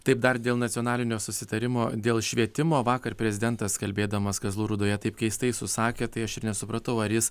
taip dar dėl nacionalinio susitarimo dėl švietimo vakar prezidentas kalbėdamas kazlų rūdoje taip keistai susakė tai aš ir nesupratau ar jis